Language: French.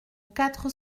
quatre